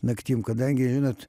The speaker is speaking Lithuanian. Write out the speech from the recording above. naktim kadangi žinot